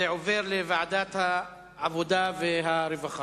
ההצעה עוברת לוועדת העבודה והרווחה.